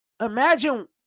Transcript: imagine